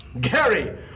Gary